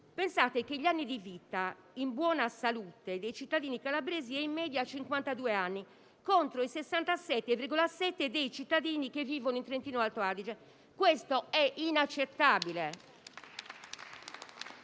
Pensate che gli anni di vita in buona salute dei cittadini calabresi è in media pari a 52 anni, contro i 67,7 dei cittadini che vivono in Trentino-Alto Adige. Questo è inaccettabile